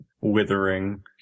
withering